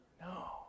No